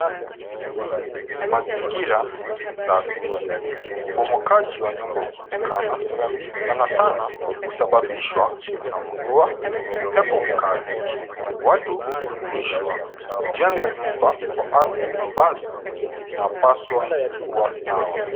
Mazingira si safi. Ubomokaji wa nyumba umeonekana, sanasana husababishwa na mvua, upepo mkali. Watu huimizwa kujenga nyumba kwa ardhi ambazo zinapaswa kuwa sawa.